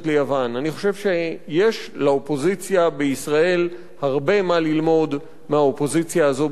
אני חושב שיש לאופוזיציה בישראל הרבה מה ללמוד מהאופוזיציה הזו ביוון,